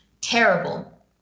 terrible